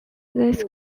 this